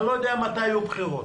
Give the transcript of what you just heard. אני לא יודע מתי יהיו בחירות.